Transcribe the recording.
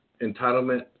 entitlement